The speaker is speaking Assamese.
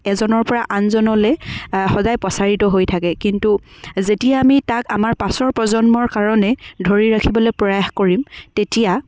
এজনৰ পৰা আনজনলৈ সদায় প্ৰচাৰিত হৈ থাকে কিন্তু যেতিয়া আমি তাক আমাৰ পাছৰ প্ৰজন্মৰ কাৰণে ধৰি ৰাখিবলৈ প্ৰয়াস কৰিম তেতিয়া